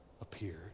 appeared